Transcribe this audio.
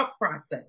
process